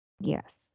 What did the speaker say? Yes